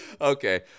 okay